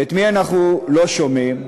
ואת מי אנחנו לא שומעים?